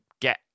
get